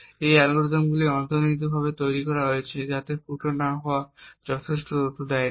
এই অ্যালগরিদমগুলি অন্তর্নিহিতভাবে তৈরি করা হয়েছে যাতে ফুটো হওয়া যথেষ্ট তথ্য দেয় না